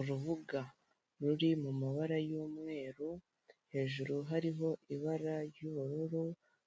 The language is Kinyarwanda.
Urubuga ruri mu mabara y'umweru hejuru hariho ibara ry'ubururu